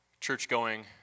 church-going